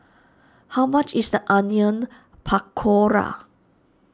how much is the Onion Pakora